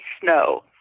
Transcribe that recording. snow